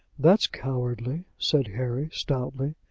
that's cowardly, said harry, stoutly.